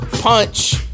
Punch